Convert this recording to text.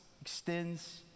extends